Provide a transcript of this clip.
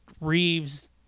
Reeves